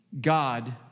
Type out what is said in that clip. God